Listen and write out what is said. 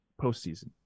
postseason